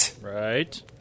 Right